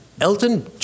Elton